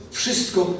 wszystko